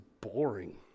boring